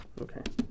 Okay